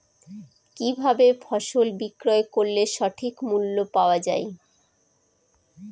কি ভাবে ফসল বিক্রয় করলে সঠিক মূল্য পাওয়া য়ায়?